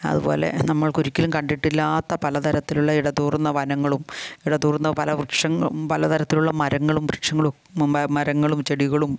അതുപോലെ നമ്മൾക്കൊരിക്കലും കണ്ടിട്ടില്ലാത്ത പലതരത്തിലുള്ള ഇടതൂർന്ന വനങ്ങളും ഇടതൂർന്ന പല വൃക്ഷങ്ങളും പലതരത്തിലുള്ള മരങ്ങളും വൃക്ഷങ്ങളും മുമ്പേ മരങ്ങളും ചെടികളും